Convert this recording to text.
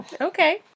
Okay